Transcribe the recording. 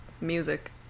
music